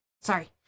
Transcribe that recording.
sorry